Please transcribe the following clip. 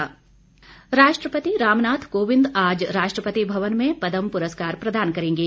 पदम पुरस्कार राष्ट्रपति रामनाथ कोविन्द आज राष्ट्रपति भवन में पद्म पुरस्कार प्रदान करेंगे